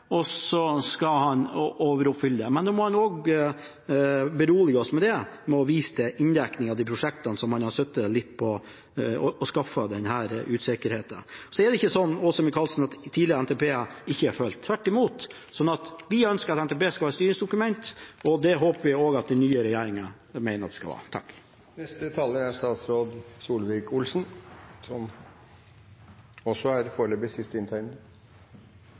og at han skal overoppfylle det. Men han må også berolige oss ved å vise inndekningen av de prosjektene han har sittet litt på, og som har skapt denne usikkerheten. Til Åse Michaelsen: Det er ikke sånn at tidligere NTP-er ikke har blitt fulgt – tvert imot. Vi ønsker at NTP skal være et styringsdokument, og det håper vi at også den nye regjeringa mener. Debatten ville vært mye bedre hvis det var konsistens mellom det en selv gjorde i posisjon, og det en krever når en selv er